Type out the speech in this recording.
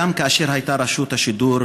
גם כאשר הייתה רשות השידור,